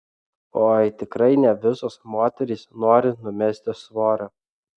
oi tikrai ne visos moterys nori numesti svorio